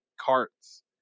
carts